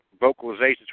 vocalizations